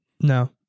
No